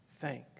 thank